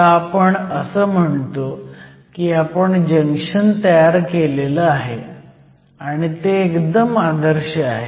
आत्ता आपण असं म्हणतो की आपण जंक्शन तयार केलं आहे आणि ते एकदम आदर्श आहे